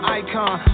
icon